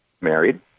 married